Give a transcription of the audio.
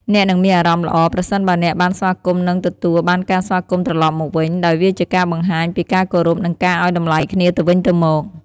អ្នកនឹងមានអារម្មណ៍ល្អ ប្រសិនបើអ្នកបានស្វាគមន៍និងទទួលបានការស្វាគមន៍ត្រឡប់មកវិញ ដោយវាជាការបង្ហាញពីការគោរពនិងការឲ្យតម្លៃគ្នាទៅវិញទៅមក។